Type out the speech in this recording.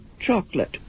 chocolate